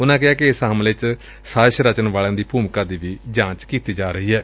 ਉਨੂਾ ਕਿਹਾ ਕਿ ਇਸ ਹਮਲੇ ਚ ਸਾਜਿਸ਼ ਰਚਨ ਵਾਲਿਆਂ ਦੀ ਭੂਮਿਕਾ ਦੀ ਜਾਂਚ ਹੋ ਰਹੀ ਏ